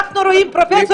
פרופ'